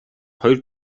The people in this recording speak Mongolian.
хоёр